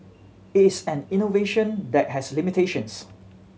it is an innovation that has limitations